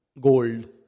gold